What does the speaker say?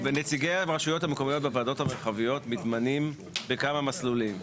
נציגי הרשויות המקומיות בוועדות המרחביות מתמנים בכמה מסלולים.